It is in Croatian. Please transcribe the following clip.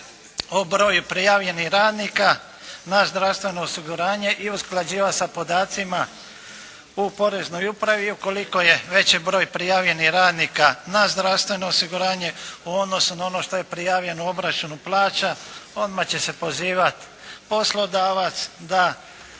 o broju prijavljenih radnika na zdravstveno osiguranje i usklađivati sa podacima u poreznoj upravi i ukoliko je veći broj prijavljenih radnika na zdravstveno osiguranje u odnosu na ono što je prijavljeno u obračunu plaća odmah će se pozivati poslodavac da